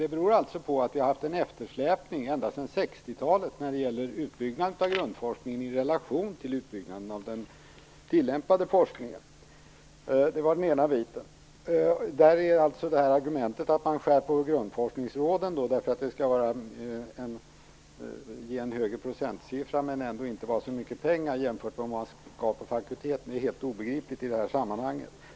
Det beror på att vi har haft en eftersläpning ända sedan 60-talet i utbyggnaden av grundforskningen i relation till utbyggnaden av den tillämpade forskningen. Argumentet att man skär ned på grundforskningsråden för att få en högre procentsiffra utan att det blir så mycket pengar jämfört med vad man skurit ned fakulteterna med är helt obegripligt i det här sammanhanget.